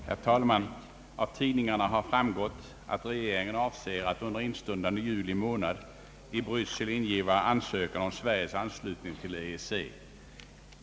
Herr talman! Av tidningarna har framgått att regeringen avser att under instundande juli månad i Bryssel ingiva ansökan om Sveriges anslutning till EEC.